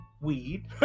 weed